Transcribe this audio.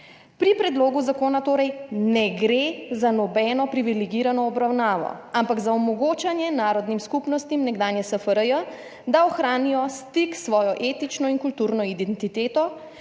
Pri predlogu zakona torej ne gre za nobeno privilegirano obravnavo, ampak za omogočanje narodnim skupnostim nekdanje SFRJ, da ohranijo stik s svojo etično in kulturno identiteto,